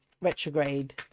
retrograde